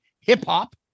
hip-hop